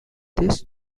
this